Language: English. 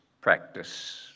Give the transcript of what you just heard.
practice